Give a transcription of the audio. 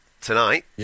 Tonight